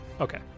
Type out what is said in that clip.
Okay